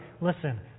listen